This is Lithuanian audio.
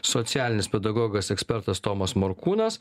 socialinis pedagogas ekspertas tomas morkūnas